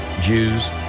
Jews